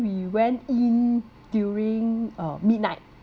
we went in during uh midnight